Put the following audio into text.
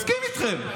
מסכים איתכם.